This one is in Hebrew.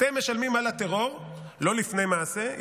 אתם משלמים על הטרור לא לפני מעשה,